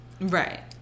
Right